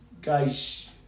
guys